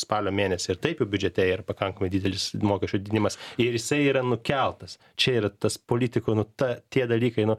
spalio mėnesį ir taip jau biudžete yra pakankamai didelis mokesčių dinimas ir jisai yra nukeltas čia yra tas politikų nu ta tie dalykai nu